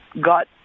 got